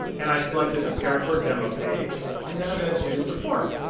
and i selected the paracore demo page and then i'm gonna choose the form.